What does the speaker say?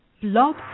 Blog